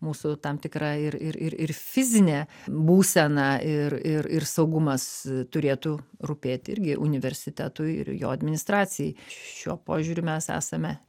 mūsų tam tikra ir ir ir ir fizinė būsena ir ir ir saugumas turėtų rūpėt irgi universitetui ir jo administracijai šiuo požiūriu mes esame